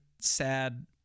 sad